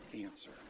answer